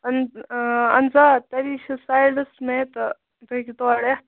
اہن حظ اہن حظ آ تٕتی چھُ سایِڈَس مےٚ تہٕ تُہُۍ ہیکِو تور یِتھ